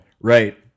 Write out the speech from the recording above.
Right